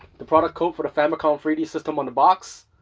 the product code for the famicom three d system on the box?